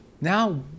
Now